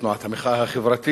תנועת המחאה החברתית,